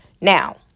Now